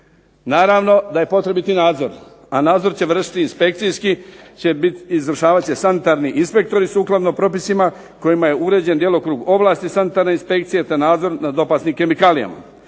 Naravno da je potrebiti nadzor, a nadzor će vršiti inspekcijski, izvršavati će sanitarni inspektori sukladno propisima kojima je uređen djelokrug ovlasti sanitarne inspekcije, te nadzor nad opasnim kemikalijama,